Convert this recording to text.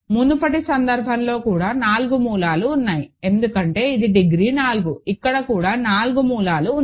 మునుపటి సందర్భంలో కూడా 4 మూలాలు ఉన్నాయి ఎందుకంటే ఇది డిగ్రీ 4 ఇక్కడ కూడా 4 మూలాలు ఉన్నాయి